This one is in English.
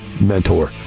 mentor